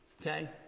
Okay